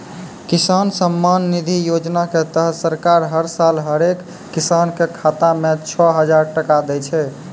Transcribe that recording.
किसान सम्मान निधि योजना के तहत सरकार हर साल हरेक किसान कॅ खाता मॅ छो हजार टका दै छै